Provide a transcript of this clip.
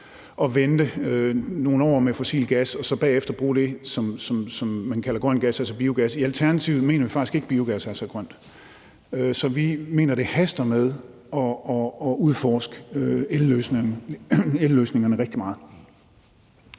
at vente nogle år med fossil gas og så bagefter bruge det, som man kalder grøn gas, altså biogas. I Alternativet mener vi faktisk ikke, at biogas er så grøn, så vi mener, det haster rigtig meget med at udforske elløsningerne. Kl.